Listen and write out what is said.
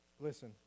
listen